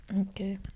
Okay